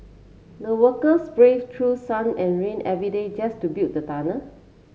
the workers brave through sun and rain every day just to build the